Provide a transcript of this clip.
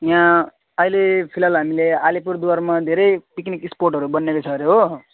यहाँ अहिले फिलहाल हामीले अलिपुरद्वारमा धेरै पिक्निक स्पटहरू बनिएको छ अरे हो